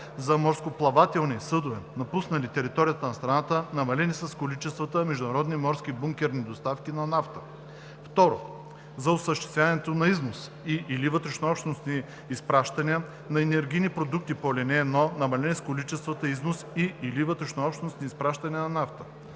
за мореплавателни съдове, напуснали територията на страната, намалени с количествата международни морски бункерни доставки на нафта; 2. за осъществяването на износ и/или вътрешнообщностни изпращания на енергийните продукти по ал. 1, намалени с количествата износ и/или вътрешнообщностни изпращания на нафта;